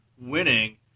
winning